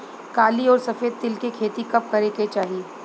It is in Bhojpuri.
काली अउर सफेद तिल के खेती कब करे के चाही?